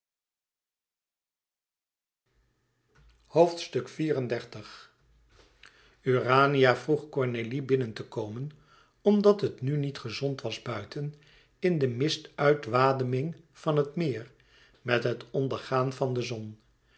urania vroeg cornélie binnen te komen omdat het nu niet gezond was buiten in de mist uitwademing van het e ids aargang met het ondergaan van de zon